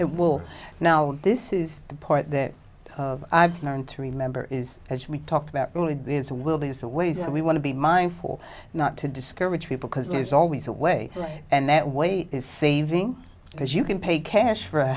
and will now this is the part that i've learned to remember is as we talked about earlier there's a will there's a way so we want to be mindful not to discourage people because there's always a way and that way is saving because you can pay cash for a